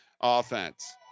offense